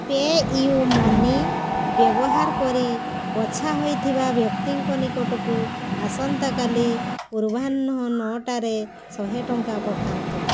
PayU money ବ୍ୟବହାର କରି ବଛା ହୋଇଥିବା ବ୍ୟକ୍ତିଙ୍କ ନିକଟକୁ ଆସନ୍ତାକାଲି ପୂର୍ବାହ୍ନ ନଅଟାରେ ଶହେ ଟଙ୍କା ପଠାନ୍ତୁ